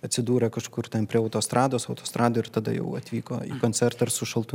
atsidūrė kažkur ten prie autostrados autostradoj ir tada jau atvyko į koncertą ir su šaltu